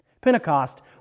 Pentecost